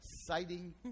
Exciting